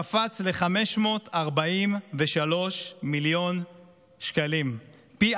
קפץ ל-543 מיליון שקלים, פי